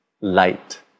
light